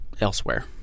elsewhere